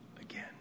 again